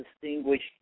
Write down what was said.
distinguished